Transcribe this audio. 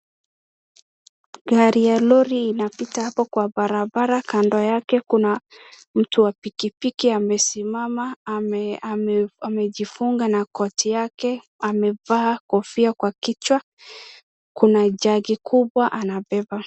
Gari ya lori inapita hapo kwa barabara. Kando yake kuna mtu wa pikipiki amesimama, amejifunga na koti yake, amevaa kofia kwa kichwa. Kuna jagi kubwa anabeba.